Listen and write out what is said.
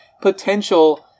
potential